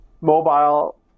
mobile